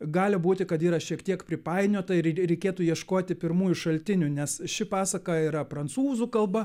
gali būti kad yra šiek tiek pripainiota ir reikėtų ieškoti pirmųjų šaltinių nes ši pasaka yra prancūzų kalba